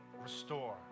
Restore